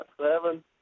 seven